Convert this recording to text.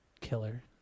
killer